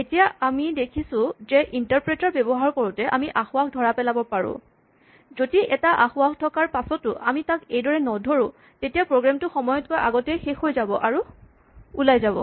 এতিয়া আমি দেখিছোঁ যে ইন্টাপ্ৰেটাৰ ব্যৱহাৰ কৰোঁতে আমি আসোঁৱাহ ধৰা পেলাব পাৰোঁ যদি এটা আসোঁৱাহ থকাৰ পাচতো আমি তাক এইদৰে নধৰো তেতিয়া প্ৰগ্ৰেম টো সময়তকৈ আগতেই শেষ হৈ যাব আৰু ওলাই যাব